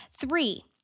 Three